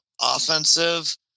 offensive